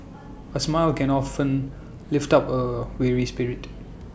A smile can often lift up A weary spirit